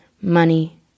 money